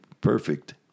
perfect